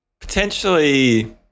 Potentially